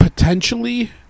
potentially